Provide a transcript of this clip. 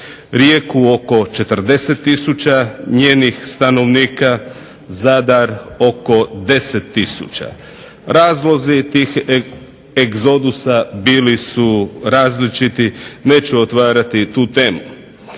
Rijeku oko 40000 njenih stanovnika. Zadar oko 10000. razlozi tih egzodusa bili su različiti. Neću otvarati tu temu.